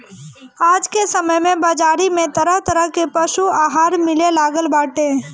आज के समय में बाजारी में तरह तरह के पशु आहार मिले लागल बाटे